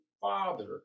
father